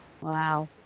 wow